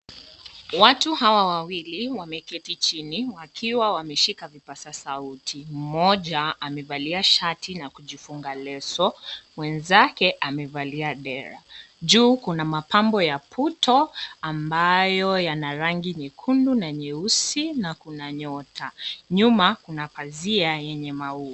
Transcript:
Watu hawa wawili wameketi chini wakiwa wameshika vipasa sauti, mmoja amevalia shati na kujifunga leso mwenzake amevalia dera. Juu kuna mapambo ya puto ambayo yana rangi nyekundu na nyeusi na kuna nyota, nyuma kuna pazia yenye maua.